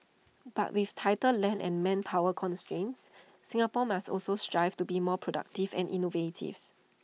but with tighter land and manpower constraints Singapore must also strive to be more productive and innovative